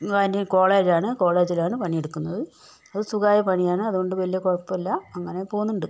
ഞാനീ കോളേജിലാണ് കോളേജിലാണ് പണിയെടുക്കുന്നത് അത് സുഖമായ പണിയാണ് അതുകൊണ്ട് വലിയ കുഴപ്പമില്ല അങ്ങനെ പോകുന്നുണ്ട്